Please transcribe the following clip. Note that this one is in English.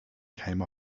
came